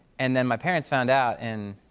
and then my parents found out, and